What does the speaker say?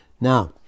Now